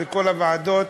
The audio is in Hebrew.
בכל הוועדות,